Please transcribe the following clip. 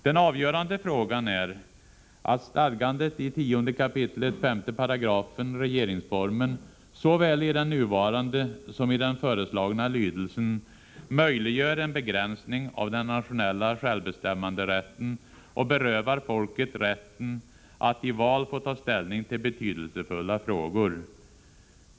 Den avgörande frågan är att stadgandet i 10 kap. 5 § regeringsformen, såväl i den nuvarande som i den föreslagna lydelsen, möjliggör en begränsning av den nationella självbestämmanderätten och berövar folket rätten att i val få ta ställning till betydelsefulla frågor.